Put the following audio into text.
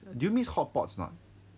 do you miss hotpots not